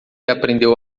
aprendeu